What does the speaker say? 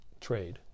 trade